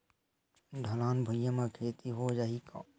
ढलान भुइयां म खेती हो जाही का?